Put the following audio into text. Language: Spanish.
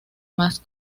más